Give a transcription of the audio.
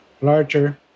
larger